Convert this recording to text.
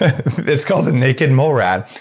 ah it's called the naked mole rat.